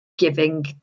Giving